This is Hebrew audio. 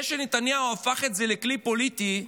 זה שנתניהו הפך את זה לכלי פוליטי,